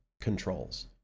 controls